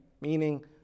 meaning